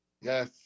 Yes